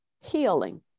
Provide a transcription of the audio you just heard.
healing